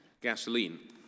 gasoline